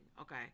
Okay